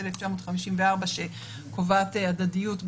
סק דין אז מיד מופעלות עליו הסנקציות שכתובות